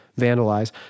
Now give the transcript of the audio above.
vandalize